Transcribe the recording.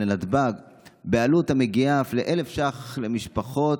לנתב"ג בעלות המגיעה אף ל-1,000 ש"ח למשפחות.